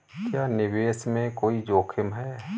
क्या निवेश में कोई जोखिम है?